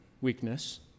weakness